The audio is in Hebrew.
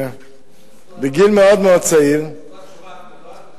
בגיל מאוד מאוד צעיר, זאת התשובה הכתובה?